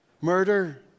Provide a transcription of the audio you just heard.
murder